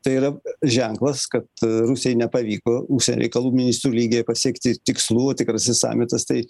tai yra ženklas kad rusijai nepavyko užsienio reikalų ministrų lygyje pasiekti tikslų tikrasis samitas tai